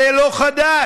זה לא חדש.